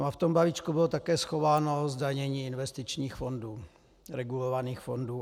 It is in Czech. A v tom balíčku bylo také schováno zdanění investičních fondů, regulovaných fondů.